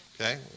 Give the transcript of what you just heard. Okay